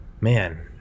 man